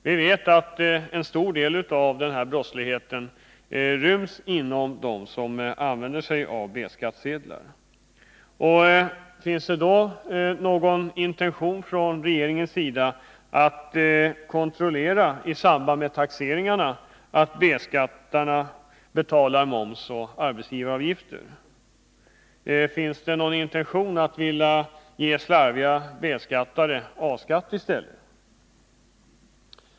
Vi vet att en stor del av denna brottslighet ryms inom den grupp som använder sig av B-skattsedlar. Finns det då någon intention från regeringens sida att i samband med taxeringarna kontrollera att ”B skattarna” betalar moms och arbetsgivaravgifter? Finns det någon intention hos regeringen att ge slarviga ”B-skattare” A-skatt i stället?